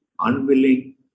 unwilling